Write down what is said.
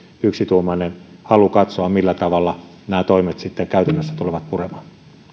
yksituumainen halu on katsoa millä tavalla nämä toimet sitten käytännössä tulevat puremaan